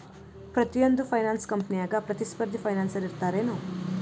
ಪ್ರತಿಯೊಂದ್ ಫೈನಾನ್ಸ ಕಂಪ್ನ್ಯಾಗ ಪ್ರತಿಸ್ಪರ್ಧಿ ಫೈನಾನ್ಸರ್ ಇರ್ತಾರೆನು?